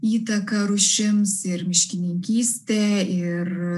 įtaką rūšims ir miškininkystė ir